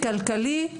חברתי,